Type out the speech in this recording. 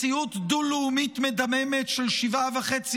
מציאות דו-לאומית מדממת של שבעה וחצי